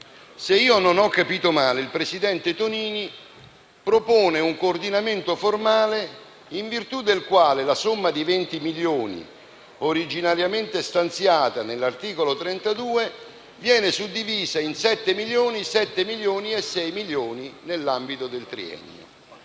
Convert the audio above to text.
Se non ho capito male, il presidente Tonini propone un coordinamento formale in virtù del quale la somma di 20 milioni di euro, originariamente stanziata nell'articolo 32, viene suddivisa in 7 milioni, 7 milioni e 6 milioni di euro nell'ambito del triennio.